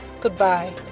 goodbye